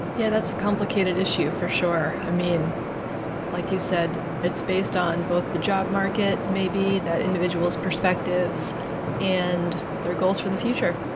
yeah, that's a complicated issue for sure. like you said, it's based on both the job market, maybe that individual's perspectives and their goals for the future.